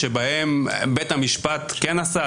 שבהם בית המשפט כן עשה,